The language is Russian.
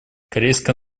корейская